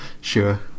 Sure